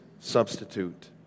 substitute